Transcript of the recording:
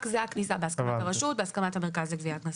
רק זה, בהסכמת הרשות ובהסכמת המרכז לגביית קנסות.